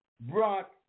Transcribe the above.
brought